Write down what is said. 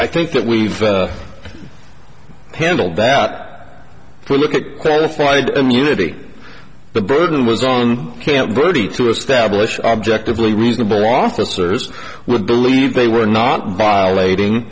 i think that we've handled that we'll look at qualified immunity the burden was on camp verde to establish objectively reasonable officers with believe they were not violating